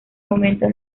momento